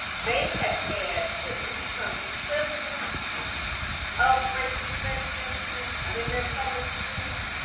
they had had at least some semblance of racial segregation in their public schools.